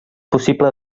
possible